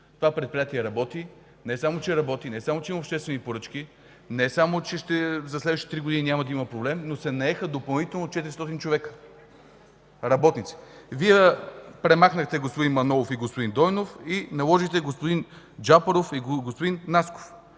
това предприятие работи. Не само че работи, не само че има обществени поръчки, не само че за следващите три години няма да има проблем, но се наеха допълнително 400 човека работници. Вие премахнахте господин Манолов и господин Дойнов и наложихте господин Джапаров и господин Насков.